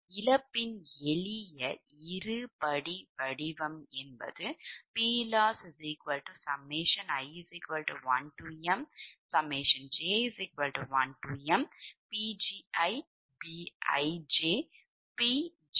இழப்பின் எளிய இருபடி வடிவம் PLossi1mj1mPgiBijPgj